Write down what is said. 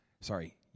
Sorry